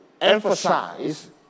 emphasize